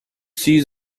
see